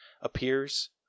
appears